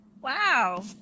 Wow